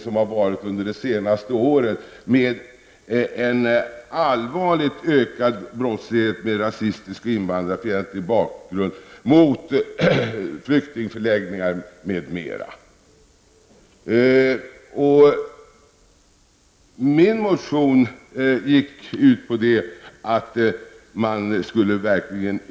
Då det gäller våldsbrottsligheten behöver den, med främlingsfientlig och rasistisk bakgrund, bli föremål för särskilt intensiv uppmärksamhet och behandling.